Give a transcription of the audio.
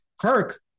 Kirk